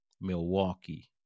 Milwaukee